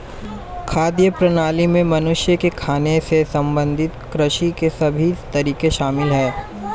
खाद्य प्रणाली में मनुष्य के खाने से संबंधित कृषि के सभी तरीके शामिल है